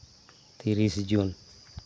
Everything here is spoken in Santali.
ᱛᱤᱨᱤᱥ ᱡᱩᱱ